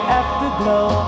afterglow